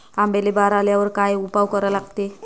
आंब्याले बार आल्यावर काय उपाव करा लागते?